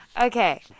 Okay